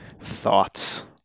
thoughts